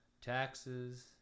Taxes